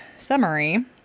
Summary